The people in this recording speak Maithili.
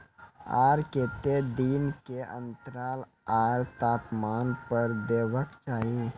आर केते दिन के अन्तराल आर तापमान पर देबाक चाही?